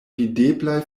videblaj